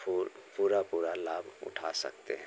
पूर पूरा पूरा लाभ उठा सकते हैं